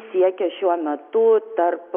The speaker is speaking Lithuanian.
siekia šiuo metu tarp